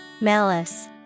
Malice